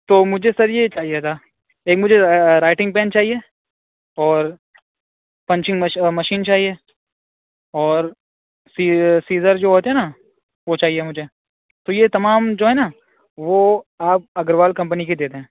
تو مجھے سر یہ چاہیے تھا ایک مجھے رائٹنگ پین چاہیے اور پنچنگ مشین مشین چاہیے اور سیزر جو ہوتے ہیں نا وہ چاہیے مجھے تو یہ تمام جو ہے نا وہ آپ اگروال کمپنی کی دے دیں